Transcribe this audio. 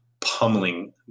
pummeling